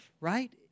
right